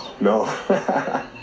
No